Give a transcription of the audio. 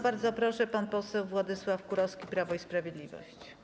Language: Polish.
Bardzo proszę, pan poseł Władysław Kurowski, Prawo i Sprawiedliwość.